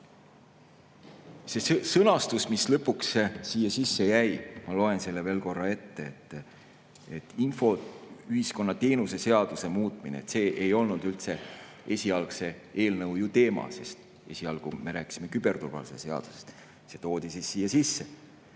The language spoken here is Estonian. Selle sõnastuse, mis lõpuks siia sisse jäi, ma loen veel korra ette. Infoühiskonna teenuse seaduse muutmine ei olnud üldse ju esialgse eelnõu teema, sest esialgu me rääkisime küberturvalisuse seadusest, see toodi siia sisse.